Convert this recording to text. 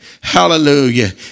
Hallelujah